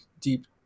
deep